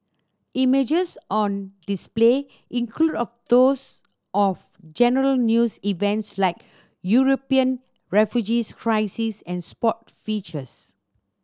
images on display include of those of general news events like European refugees crisis and sport features